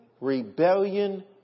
rebellion